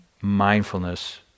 mindfulness